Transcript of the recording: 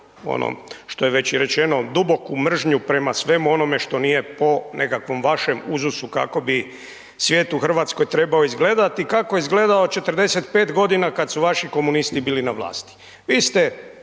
ono što je već i rečeno duboku mržnju prema svemu onome što nije po nekakvom vašem uzusu kako bi svijet u Hrvatskoj trebao izgledati, kako je izgledao 45 godina kad su vaši komunisti bili na vlasti.